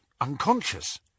unconscious